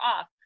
off